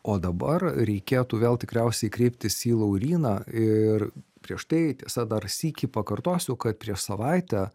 o dabar reikėtų vėl tikriausiai kreiptis į lauryną ir prieš tai tiesa dar sykį pakartosiu kad prieš savaitę